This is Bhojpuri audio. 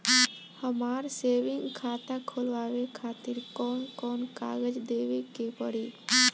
हमार सेविंग खाता खोलवावे खातिर कौन कौन कागज देवे के पड़ी?